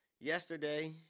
Yesterday